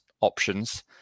options